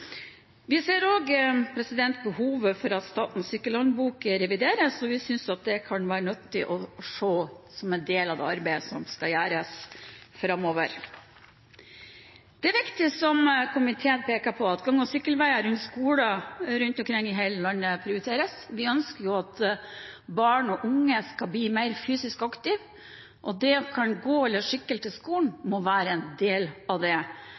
Vi ser også behovet for at Sykkelhåndboka revideres, og vi synes det kan være nyttig å se det som en del av det arbeidet som skal gjøres framover. Det er riktig, som komiteen peker på, at gang- og sykkelveier rundt skoler rundt omkring i hele landet prioriteres. Vi ønsker at barn og unge skal bli mer fysisk aktive, og det å kunne gå eller sykle til skolen må være en del av det.